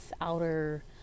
outer